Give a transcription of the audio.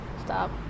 Stop